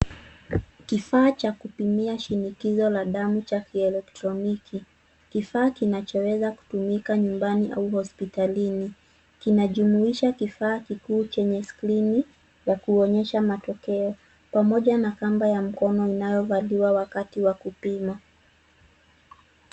Kifaa cha kupimia shinikizo la damu cha kielektroniki. Kifaa kinachoweza kutumika nyumbani au hospitalini. Kinajumuisha kifaa kikuu chenye skrini ya kuonyesha matokeo pamoja na kamba ya mkono inayovaliwa wakati wa kupima.